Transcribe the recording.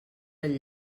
del